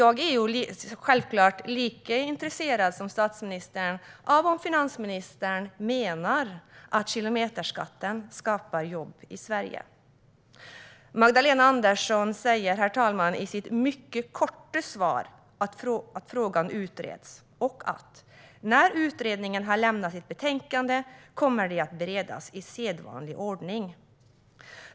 Jag är självklart lika intresserad som statsministern av om finansministern menar att kilometerskatten skapar jobb i Sverige. Magdalena Andersson säger, herr talman, i sitt mycket korta svar att frågan utreds. Hon säger också: "När utredningen har lämnat sitt betänkande kommer det att beredas i sedvanlig ordning."